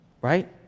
Right